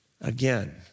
again